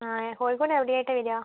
ആ കോഴിക്കോട് എവിടെ ആയിട്ടാണ് വരിക